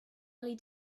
led